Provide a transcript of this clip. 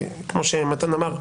כמו שמתן אמר,